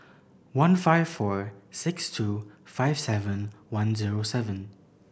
one five four six two five seven one zero seven